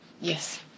yes